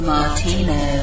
Martino